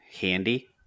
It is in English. Handy